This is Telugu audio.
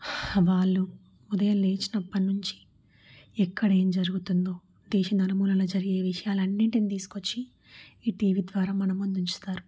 వాళ్ళు ఉదయం లేచినప్పటి నుంచి ఎక్కడ ఏం జరుగుతుందో దేశ నలుమూలలా జరిగే విషయాలు అన్నింటిని తీసుకొచ్చి ఈ టీవీ ద్వారా మన ముందు ఉంచుతారు